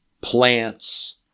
plants